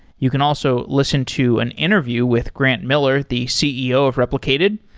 you can also listen to an interview with grant miller, the ceo of replicated,